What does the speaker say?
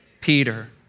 Peter